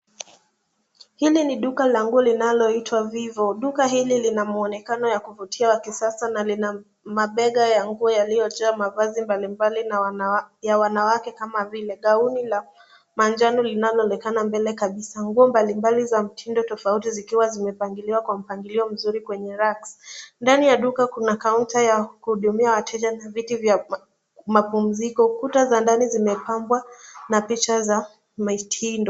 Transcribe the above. Hili ni duka la nguo linaloitwa vivo. Duka hili lina muonekano ya kuvutia wa kisasa na lina mabega ya nguo yaliyojaa mavazi mbalimbali ya wanawake kama vile gauni la manjano linaloonekana mbele kabisa nguo mbalimbali za mtindo tofauti zikiwa zimepangiliwa kwa mpangilio mzuri kwenye racks . Ndani ya duka kuna kaunta ya kuhudumia wateja na viti vya mapumziko kuta za ndani zimepambwa na picha za mitindo.